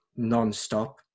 non-stop